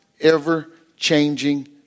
ever-changing